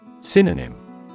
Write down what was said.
Synonym